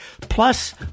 plus